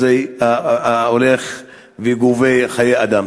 ההולך וגובה חיי אדם.